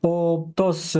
o tos